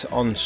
on